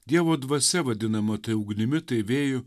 dievo dvasia vadinama tai ugnimi tai vėju